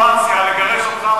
לגיטימציה לגרש אותך,